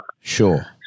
Sure